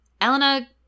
Elena